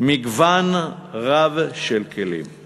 מגוון רב של כלים.